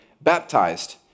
baptized